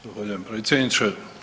Zahvaljujem predsjedniče.